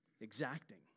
exacting